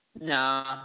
no